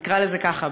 נקרא לזה ככה,